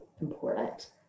important